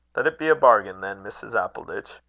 let it be a bargain, then, mrs. appleditch.